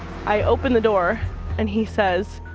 i opened the door and he says,